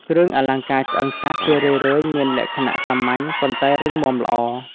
គ្រឿងអលង្ការឆ្អឹងសត្វ ជារឿយៗមានលក្ខណៈសាមញ្ញ ប៉ុន្តែរឹងមាំល្អ។